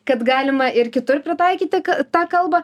kad galima ir kitur pritaikyti tą kalbą